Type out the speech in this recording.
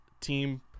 team